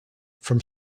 from